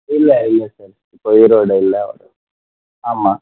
இல்லை இல்லை சார் இப்போ உயிரோடு இல்லை ஆமாம்